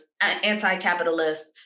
anti-capitalist